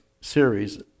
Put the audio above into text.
series